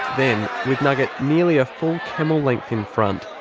then, with nugget nearly a full camel length in front,